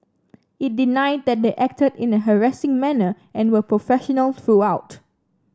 it denied that they acted in a harassing manner and were professional throughout